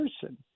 person